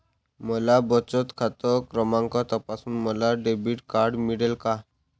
माझा बचत खाते क्रमांक तपासून मला डेबिट कार्ड मिळेल का?